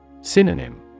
Synonym